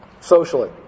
Socially